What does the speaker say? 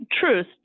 Truth